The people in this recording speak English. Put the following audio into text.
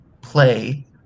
play